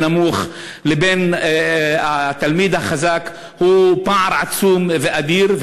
נמוך לבין התלמיד החזק הוא פער עצום ואדיר,